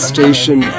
Station